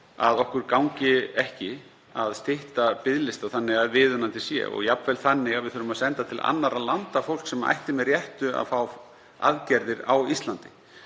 að okkur gangi ekki að stytta biðlista þannig að viðunandi sé og jafnvel þannig að við þurfum að senda til annarra landa fólk sem ætti með réttu að fá aðgerðir á Íslandi.